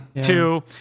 Two